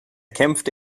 kämpfte